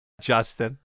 Justin